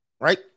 right